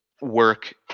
work